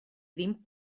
ddim